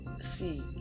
see